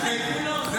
אין לכם גבולות.